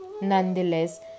Nonetheless